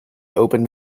opened